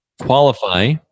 qualify